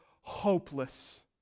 hopeless